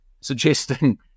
suggesting